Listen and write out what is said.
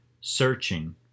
searching